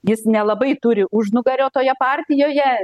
jis nelabai turi užnugario toje partijoje